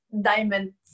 diamonds